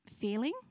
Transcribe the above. feeling